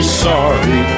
sorry